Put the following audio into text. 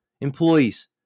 Employees